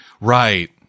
Right